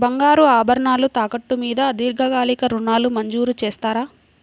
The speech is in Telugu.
బంగారు ఆభరణాలు తాకట్టు మీద దీర్ఘకాలిక ఋణాలు మంజూరు చేస్తారా?